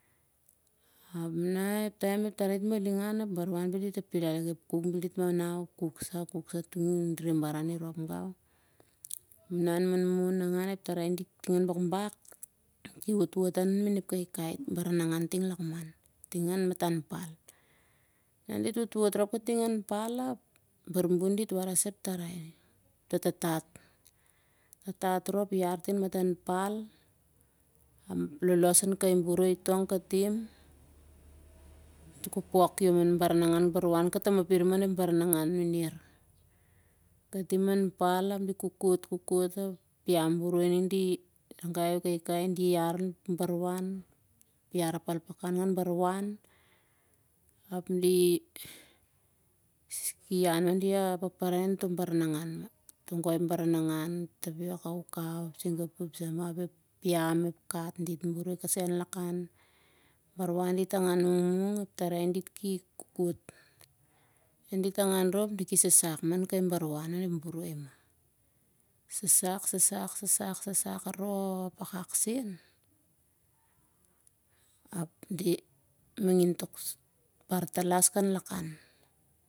Ap nah kai tarai dit maling han ap bar wan bel dit apilai lik ep kuk bel dit manau. kuk sah, kuk sah tuk ting toh baran i rop gau. Tarai bakbak dit ki wotwot main ep kaikai ap ep baranangan kating lakman, ting han matan pal. Nah dit wotwot rop ting han matan pal ap bar bun dit warai sah kai nanat pal ap bar bun dit warai sah kai nanat amtoh tatat. Tatat rop i han katim han matan pal, lolosh on kai boroi katim. Bar wan katamah pirim on ep baranangan mener. Katim an pal ap di kokot kokot. Di ragai ep kaikai di yar ngan bar wan. Yar pal pakan ngan bar wan ap di han di paparai on toh baranangan mah. Togoi ep baranangan ep tapiok ep kaukau ep sigapu ep samah. Ep piam ep kat on ep boroi kasai lakan. Bar wan dit angan rop dit ki sasak mah bar wan on ep boroi mah. Sasak, sasak, sasak, sasak rop akak sen ap oi war talas kalakan.